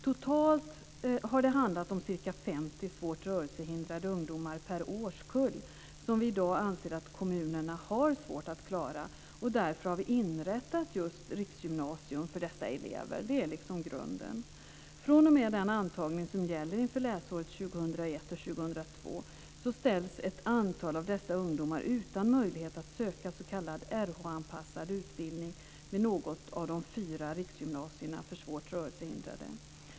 Totalt har det handlat om ca 50 svårt rörelsehindrade ungdomar per årskull som vi i dag anser att kommunerna har svårt att klara, och därför har vi inrättat just riksgymnasium för dessa elever. Det är grunden. 2001/02 ställs ett antal av dessa ungdomar utan möjlighet att söka s.k. Rh-anpassad utbildning vid något av de fyra riksgymnasierna för svårt rörelsehindrade.